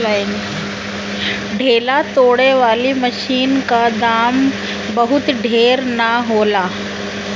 ढेला तोड़े वाली मशीन क दाम बहुत ढेर ना होला